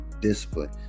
discipline